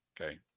Okay